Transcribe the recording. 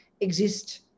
exist